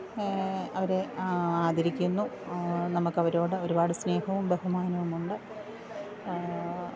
അവരെ ആദരിക്കുന്നു നമുക്ക് അവരോട് ഒരുപാട് സ്നേഹവും ബഹുമാനവുമുണ്ട്